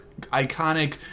iconic